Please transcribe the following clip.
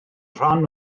rhan